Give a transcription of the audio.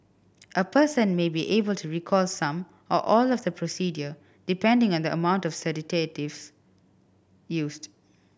a person may be able to recall some or all of the procedure depending on the amount of used